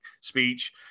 speech